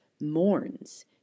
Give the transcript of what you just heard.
mourns